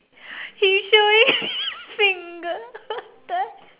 he show me finger what the hell